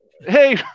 Hey